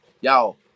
y'all